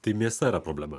tai mėsa yra problema